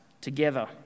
together